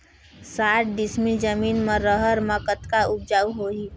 साठ डिसमिल जमीन म रहर म कतका उपजाऊ होही?